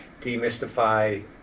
demystify